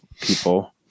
people